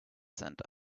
sent